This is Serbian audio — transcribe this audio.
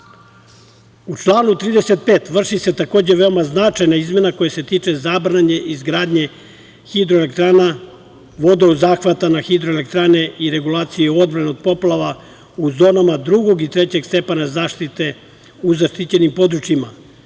članu 35. vrši se, takođe, veoma značajna izmena koja se tiče zabrane izgradnje hidroelektrana, vodozahvata na hidroelektrane i regulacije odbrane od poplava u zonama drugog i trećeg stepena zaštite u zaštićenim područjima,